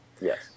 Yes